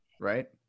right